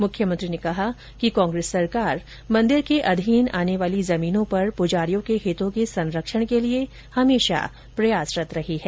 मुख्यमंत्री ने कहा कि कांग्रेस सरकार मंदिर के अधीन आने वाली जमीनों पर पुजारियों के हितों के संरक्षण के लिए सदैव प्रयासरत रही है